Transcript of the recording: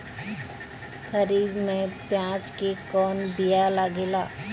खरीफ में प्याज के कौन बीया लागेला?